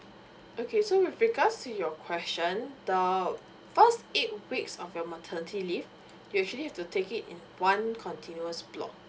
okay so with regards to your question the first eight weeks of your maternity leave usually have to take it in one continuous block